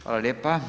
Hvala lijepa.